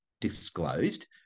disclosed